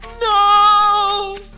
no